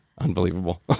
Unbelievable